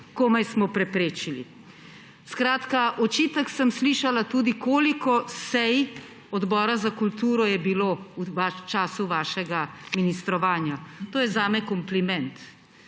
Komaj smo preprečili. Skratka, očitek sem slišala tudi, koliko sej Odbora za kulturo je bilo v času vašega ministrovanja. To je zame kompliment.